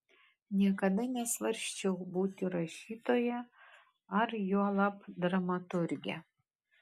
niekada nesvarsčiau būti rašytoja ar juolab dramaturge